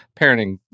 Parenting